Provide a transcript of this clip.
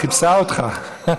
היא חיפשה אותך.